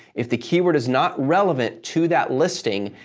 if the keyword is not relevant to that listing,